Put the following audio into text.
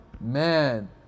man